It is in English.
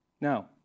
Now